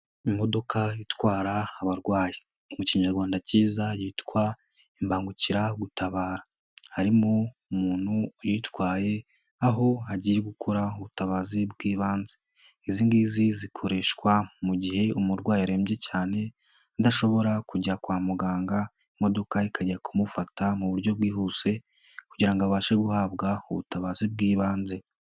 Imodoka itwara abarwayi. Mu kinyarwanda kiza yitwa imbangukiragutabara. Harimo umuntu uyitwaye, aho agiye gukora ubutabazi bw'ibanze. Izingizi zikoreshwa mu gihe umurwayi arembye cyane, adashobora kujya kwa muganga, imodoka ikajya kumufata mu buryo bwihuse, kugira abashe guhabwa ubutabazi bw'ibanze.